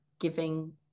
giving